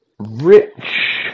rich